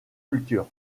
culture